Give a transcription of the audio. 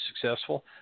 successful